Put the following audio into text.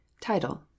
Title